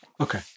Okay